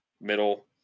middle